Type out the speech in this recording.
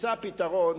ותמצא פתרון,